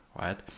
right